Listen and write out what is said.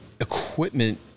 equipment